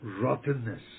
rottenness